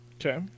Okay